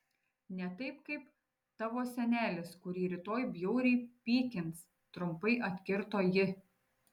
ne taip kaip tavo senelis kurį rytoj bjauriai pykins trumpai atkirto ji